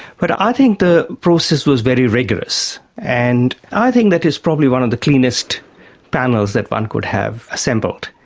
but i think the process was very rigorous, and i think that is probably one of the cleanest panels that one could have assembled,